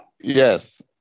Yes